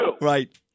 Right